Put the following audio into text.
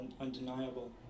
undeniable